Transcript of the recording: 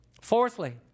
Fourthly